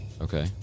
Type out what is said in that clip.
Okay